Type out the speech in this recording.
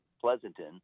Pleasanton